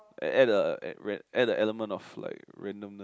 and add the a add the element of like randomness